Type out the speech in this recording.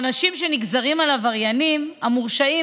העונשים שנגזרים על העבריינים המורשעים